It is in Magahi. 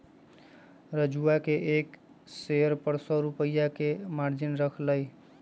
राजूवा ने एक शेयर पर सौ रुपया के मार्जिन रख लय